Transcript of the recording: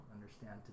understand